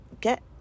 get